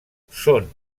són